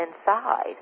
inside